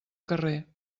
carrer